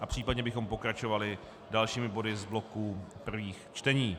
A případně bychom pokračovali dalšími body z bloku prvých čtení.